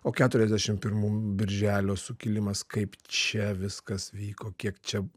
o keturiasdešimt pirmų birželio sukilimas kaip čia viskas vyko kiek čia